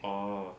orh